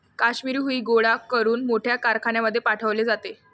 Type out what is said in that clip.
काश्मिरी हुई गोळा करून मोठ्या कारखान्यांमध्ये पाठवले जाते